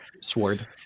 sword